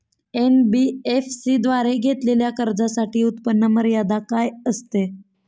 NBFC द्वारे घेतलेल्या कर्जासाठी उत्पन्न मर्यादा काय असते?